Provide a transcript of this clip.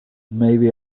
maybe